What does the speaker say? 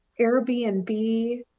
Airbnb